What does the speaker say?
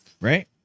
right